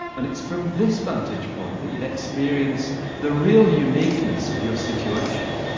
and it's from this vantage point that you'd experience the real uniqueness of your situation.